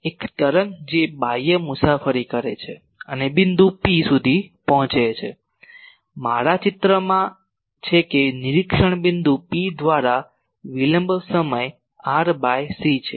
એક તરંગ જે બાહ્ય મુસાફરી કરે છે અને બિંદુ P સુધી પહોંચે છે મારા ચિત્રમાં છે કે નિરીક્ષણ બિંદુ P દ્વારા વિલંબ સમય r ભાગ્યા c છે